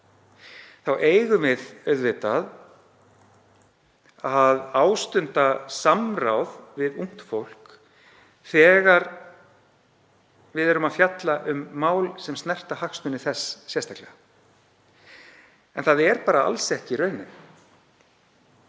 Þá eigum við auðvitað að ástunda samráð við ungt fólk þegar við fjöllum um mál sem snerta hagsmuni þess sérstaklega. En það er bara alls ekki raunin.